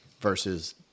versus